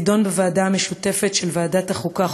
תידון בוועדה המשותפת של ועדת החוקה,